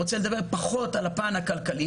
אני רוצה לדבר פחות על הפן הכלכלי,